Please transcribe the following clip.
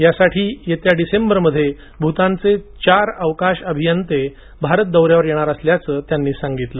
यासाठी येत्या डिसेंबरमध्ये भूतानचे चार अवकाश अभियंते भारत दौऱ्यावर येणार असल्याचं त्यांनी सांगितलं